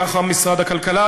כך משרד הכלכלה,